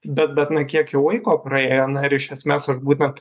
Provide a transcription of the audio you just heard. bet bet na kiek jau laiko praėjo na ir iš esmės ar būtent